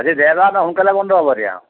আজি দেওবাৰ ন' সোনকাল বন্ধ হ'ব এতিয়া